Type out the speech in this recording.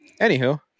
Anywho